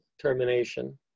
termination